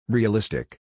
Realistic